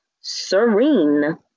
serene